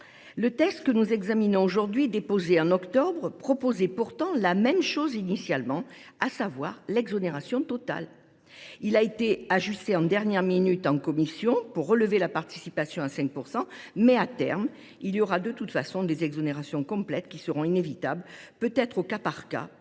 Le texte que nous examinons aujourd’hui, déposé en octobre, proposait initialement la même chose, à savoir une exonération totale. Il a été ajusté en dernière minute en commission pour relever la participation à 5 %, mais, à terme, il y aura de toute façon des exonérations complètes, qui seront inévitables, peut être au cas par cas,